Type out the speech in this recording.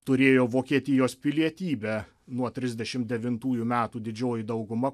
turėjo vokietijos pilietybę nuo trisdešimt devintųjų metų didžioji dauguma